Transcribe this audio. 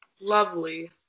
Lovely